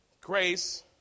Grace